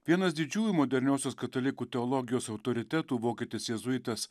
vienas didžiųjų moderniosios katalikų teologijos autoritetų vokietis jėzuitas